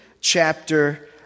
chapter